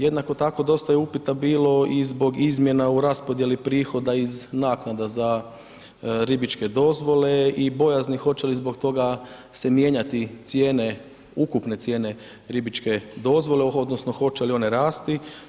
Jednako tako, dosta je upita bilo i zbog izmjena u raspodijeli prihoda iz naknada za ribičke dozvole i bojazni hoće li zbog toga se mijenjati cijene, ukupne cijene ribičke dozvole, odnosno hoće li one rasti.